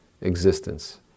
existence